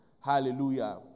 Hallelujah